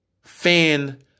fan